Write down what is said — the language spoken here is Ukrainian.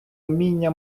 вміння